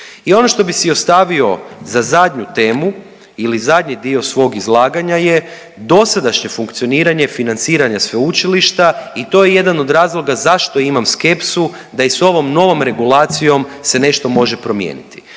I ono što bi si ostavio za zadnju temu ili zadnji dio svog izlaganja je dosadašnje funkcioniranje financiranja sveučilišta i to je jedan od razloga zašto imam skepsu da i s ovom novom regulacijom se nešto može promijeniti.